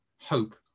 hope